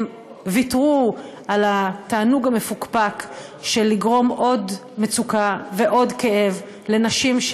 הם ויתרו על התענוג המפוקפק של לגרום עוד מצוקה ועוד כאב לנשים,